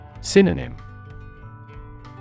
Synonym